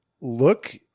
look